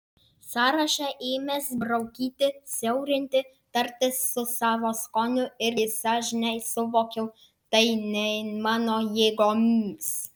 sąrašą ėmęs braukyti siaurinti tartis su savo skoniu irgi sąžine suvokiau tai ne mano jėgoms